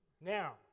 Now